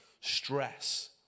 stress